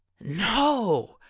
No